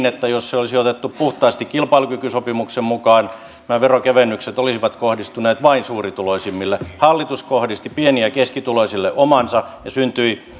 että jos se olisi otettu puhtaasti kilpailukykysopimuksen mukaan nämä veronkevennykset olisivat kohdistuneet vain suurituloisimmille hallitus kohdisti pieni ja keskituloisille omansa ja syntyi